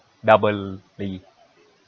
double the